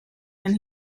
and